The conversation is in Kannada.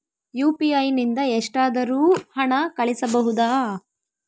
ಯು.ಪಿ.ಐ ನಿಂದ ಎಷ್ಟಾದರೂ ಹಣ ಕಳಿಸಬಹುದಾ?